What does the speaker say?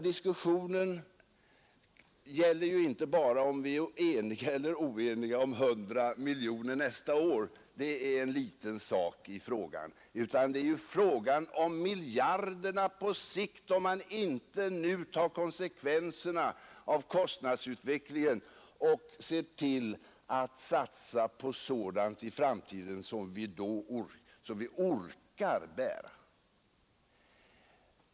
Diskussionen gäller ju inte bara om vi är eniga eller oeniga om 100 miljoner nästa år — det är en liten sak i sammanhanget — utan den gäller miljarderna på sikt om man inte nu tar konsekvenserna av kostnadsutvecklingen och ser till att i framtiden satsa på sådant som vi orkar bära.